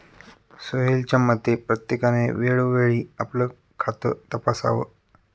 सोहेलच्या मते, प्रत्येकाने वेळोवेळी आपलं खातं तपासावं